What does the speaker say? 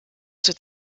zur